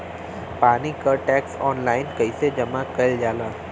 पानी क tax online कईसे जमा कईल जाला?